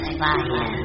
fire